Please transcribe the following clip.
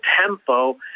tempo